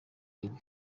brig